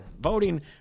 voting